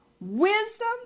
Wisdom